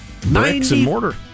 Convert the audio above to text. Bricks-and-mortar